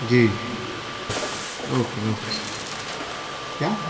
جی okay okay sir کیا